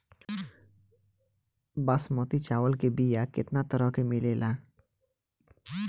बासमती चावल के बीया केतना तरह के मिलेला?